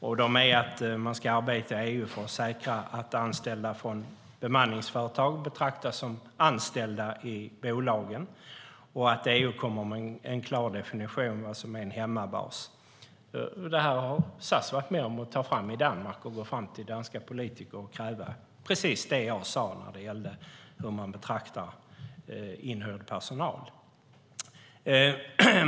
Kraven är att man ska arbeta i EU för att säkra att anställda från bemanningsföretag betraktas som anställda i bolagen och att EU kommer med en klar definition av vad en hemmabas är. SAS har varit med och tagit fram detta i Danmark och har gått till de danska politikerna och krävt precis det jag nämnde när det gäller hur man betraktar inhyrd personal.